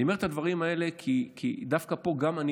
אני אומר את הדברים האלה כי דווקא פה גם אני